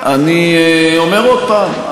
אני אומר עוד פעם,